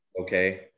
okay